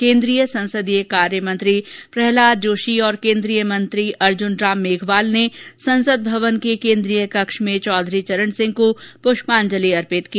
केंद्रीय संसदीय कार्य मंत्री प्रह्लाद जोशी और केंद्रीय मंत्री अर्जुन राम मेघवाल ने संसद भवन के केंद्रीय कक्ष में चौधरी चरण सिंह को पुष्पांजलि अर्पित की